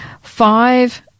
five